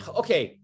okay